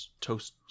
toast